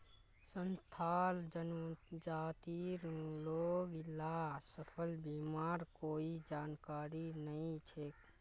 संथाल जनजातिर लोग ला फसल बीमार कोई जानकारी नइ छेक